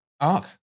ARK